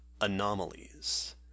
anomalies